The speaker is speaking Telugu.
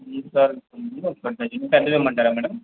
మినిమమ్ సైజ్ పెద్దది ఇవ్వమంటారా మ్యాడమ్